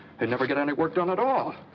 he'd never get any work done at all.